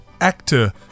actor